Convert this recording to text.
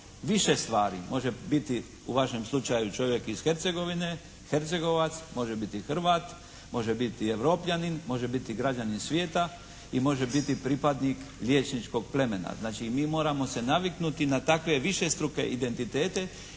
više stvari. Može biti u vašem slučaju čovjek iz Hercegovine, Hercegovac, može biti Hrvat, može biti Europljanin, može biti građanin svijeta i može biti pripadnik liječničkog plemena. Znači mi moramo se naviknuti na takve višestruke identitete